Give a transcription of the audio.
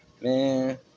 man